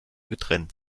getrennt